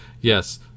yes